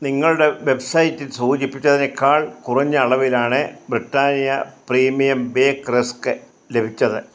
നിങ്ങളുടെ വെബ്സൈറ്റിൽ സൂചിപ്പിച്ചതിനേക്കാൾ കുറഞ്ഞ അളവിലാണ് ബ്രിട്ടാനിയ പ്രീമിയം ബേക്ക് റസ്ക് ലഭിച്ചത്